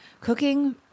cooking